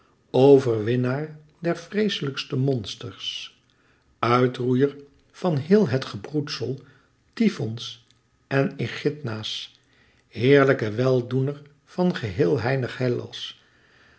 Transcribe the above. overwinnaar der vreeslijkste monsters uitroeier van heel het gebroedsel tyfons en echidna's heerlijke weldoener van geheel heilig hellas